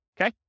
okay